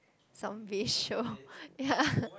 zombie show ya